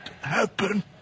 happen